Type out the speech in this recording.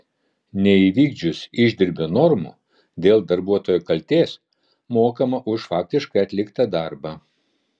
neįvykdžius išdirbio normų dėl darbuotojo kaltės mokama už faktiškai atliktą darbą